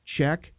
Check